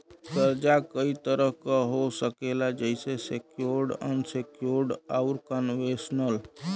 कर्जा कई तरह क हो सकेला जइसे सेक्योर्ड, अनसेक्योर्ड, आउर कन्वेशनल